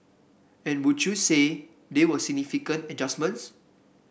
and would you say they were significant adjustments